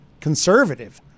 conservative